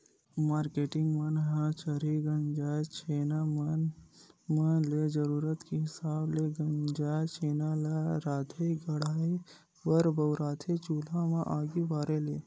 marketing मन ह खरही गंजाय छैना मन म ले जरुरत के हिसाब ले गंजाय छेना ल राँधे गढ़हे बर बउरथे चूल्हा म आगी बारे ले